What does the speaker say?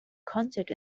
concert